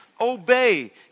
Obey